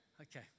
Okay